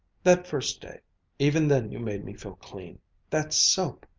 that first day even then you made me feel clean that soap!